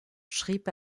schrieb